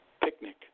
picnic